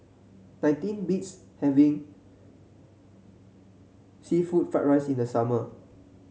nothing beats having seafood Fried Rice in the summer